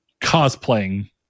cosplaying